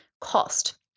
cost